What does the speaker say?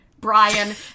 Brian